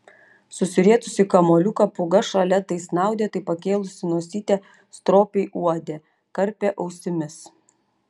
susirietusi į kamuoliuką pūga šalia tai snaudė tai pakėlusi nosytę stropiai uodė karpė ausimis